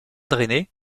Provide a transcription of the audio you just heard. drainé